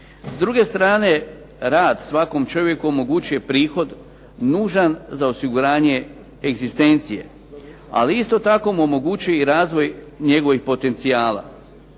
S druge strane, rad svakom čovjeku omogućuje prihod nužan za osiguranje egzistencije, ali isto tako mu omogućuje i razvoj njegovih potencijala.